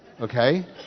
Okay